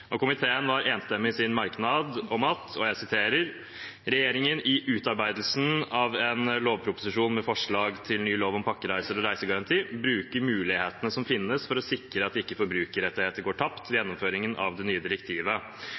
Komiteen var enstemmig i sin merknad om at «regjeringen i utarbeidelsen av en lovproposisjon med forslag til ny lov om pakkereiser og reisegaranti bruker mulighetene som finnes for å sikre at forbrukerrettigheter ikke går tapt ved gjennomføring av det nye direktivet.